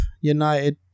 United